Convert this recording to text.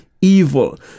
evil